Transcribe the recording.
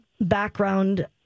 background